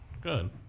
Good